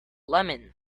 lemon